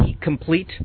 complete